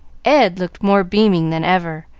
ed looked more beaming than ever,